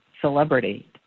celebrity